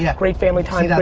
yeah great family time,